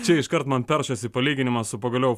čia iškart man peršasi palyginimas su pagaliau